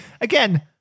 again